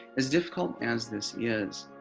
as difficult as this yeah is